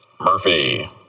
Murphy